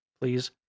Please